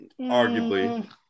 arguably